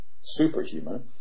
superhuman